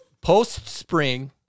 Post-spring